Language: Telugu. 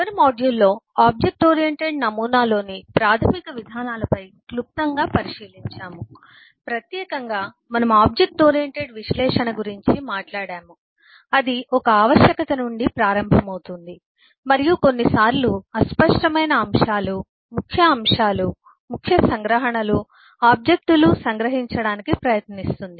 చివరి మాడ్యూల్లో ఆబ్జెక్ట్ ఓరియెంటెడ్ నమూనాలోని ప్రాథమిక విధానాలపై క్లుప్తంగా పరిశీలించాము ప్రత్యేకంగా మనము ఆబ్జెక్ట్ ఓరియెంటెడ్ విశ్లేషణ గురించి మాట్లాడాము అది ఒక ఆవశ్యకత నుండి ప్రారంభమవుతుంది మరియు కొన్నిసార్లు అస్పష్టమైన అంశాలు ముఖ్య అంశాలు ముఖ్య సంగ్రహణలు ఆబ్జెక్ట్ లు సంగ్రహించడానికి ప్రయత్నిస్తుంది